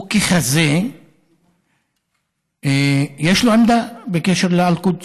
וככזה יש לו עמדה בקשר לאל-קודס,